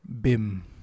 Bim